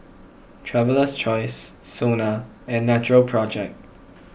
Traveler's Choice Sona and Natural Project